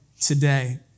today